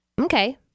Okay